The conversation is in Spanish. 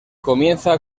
comienza